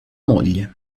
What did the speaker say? moglie